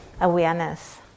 awareness